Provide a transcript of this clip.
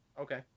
Okay